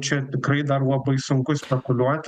čia tikrai dar labai sunku spekuliuoti